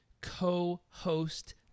co-host